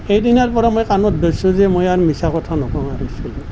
সেইদিনাৰ পৰা মই কাণত ধৰিছোঁ যে মই আৰু মিছা কথা নকওঁ আৰু স্কুলত